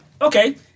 Okay